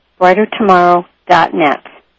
Brightertomorrow.net